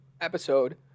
episode